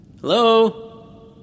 Hello